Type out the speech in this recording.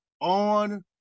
on